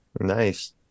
nice